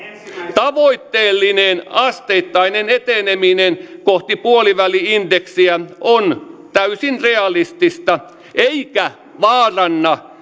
tavoitteellinen asteittainen eteneminen kohti puoliväli indeksiä on täysin realistista eikä vaaranna